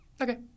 Okay